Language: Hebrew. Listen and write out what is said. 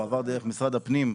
הוא עבר דרך משרד הפנים.